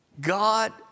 God